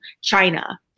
China